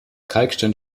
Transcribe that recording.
kalkstein